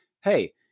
hey